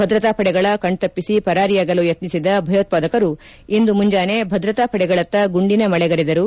ಭದ್ರತಾಪಡೆಗಳ ಕಣ್ತಪ್ಪಿಸಿ ಪರಾರಿಯಾಗಲು ಯಕ್ನಿಸಿದ ಭಯೋತ್ಪಾದಕರು ಇಂದು ಮುಂಜಾನೆ ಭದ್ರತಾ ಪಡೆಗಳತ್ತ ಗುಂಡಿನ ಮಳೆಗರೆದರು